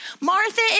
Martha